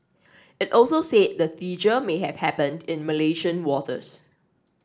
it also said the seizure may have happened in Malaysian waters